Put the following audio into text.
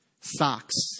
Socks